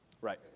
Right